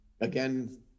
again